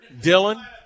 Dylan